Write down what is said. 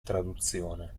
traduzione